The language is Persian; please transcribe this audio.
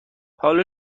حالا